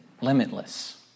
limitless